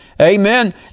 Amen